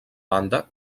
banda